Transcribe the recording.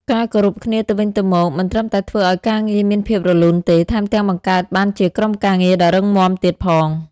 ការគោរពគ្នាទៅវិញទៅមកមិនត្រឹមតែធ្វើឲ្យការងារមានភាពរលូនទេ ថែមទាំងបង្កើតបានជាក្រុមការងារដ៏រឹងមាំទៀតផង។